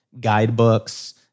guidebooks